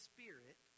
Spirit